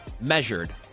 measured